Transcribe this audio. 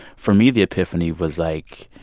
for me, the epiphany was like,